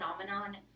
phenomenon